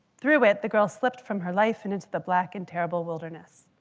through it the girl slipped from her life and into the black and terrible wilderness.